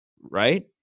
right